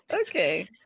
okay